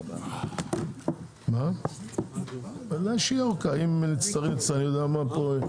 הישיבה ננעלה בשעה 10:41.